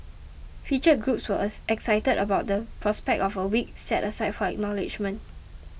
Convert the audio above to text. featured groups were excited about the prospect of a week set aside for acknowledgement